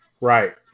Right